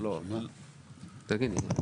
תגיד,